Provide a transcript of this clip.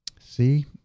See